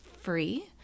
free